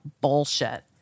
bullshit